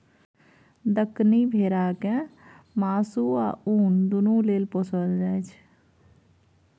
दक्कनी भेरा केँ मासु आ उन दुनु लेल पोसल जाइ छै